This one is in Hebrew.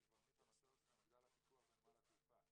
בין קברניט המטוס לבין מגדל הפיקוח בנמל התעופה.